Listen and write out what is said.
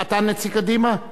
אתה נציג קדימה?